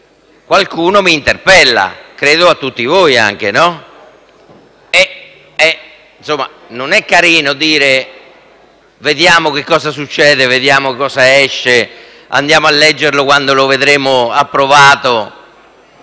qualcuno mi interpella, e credo capiti a tutti voi. Insomma, non è carino dire: «vediamo che cosa succede»; «vediamo che cosa esce»; «andiamo a leggerlo quando lo vedremo approvato».